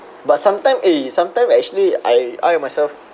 but sometime eh sometime actually I I myself